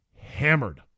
hammered